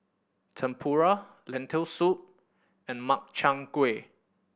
Tempura Lentil Soup and Makchang Gui